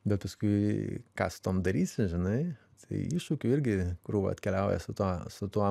bet paskui ką su tuom darysi žinai tai iššūkių irgi krūva atkeliauja su tuo su tuo